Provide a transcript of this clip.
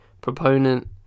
proponent